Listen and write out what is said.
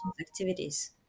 activities